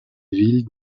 ville